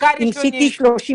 עם CT 35-37,